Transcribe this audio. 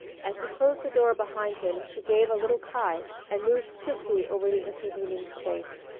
as he closed the door behind him she gave a little cry and moved swiftly over the intervening space,